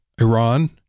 Iran